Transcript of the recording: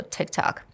TikTok